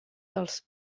dels